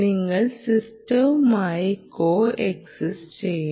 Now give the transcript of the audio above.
നിങ്ങൾ സിസ്റ്റവുമായി coexist ചെയ്യണം